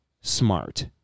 smart